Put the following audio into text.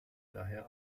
daher